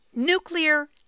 Nuclear